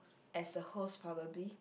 as a host probably